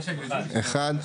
אחד.